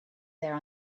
there